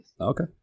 Okay